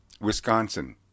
Wisconsin